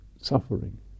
suffering